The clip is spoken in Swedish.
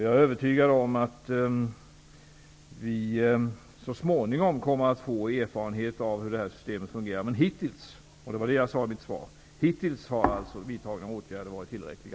Jag är övertygad om att vi så småningom kommer att få erfarenheter av hur systemet fungerar. Men som jag sade i mitt svar har hittills vidtagna åtgärder varit tillräckliga.